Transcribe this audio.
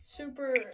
super